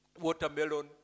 Watermelon